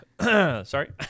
Sorry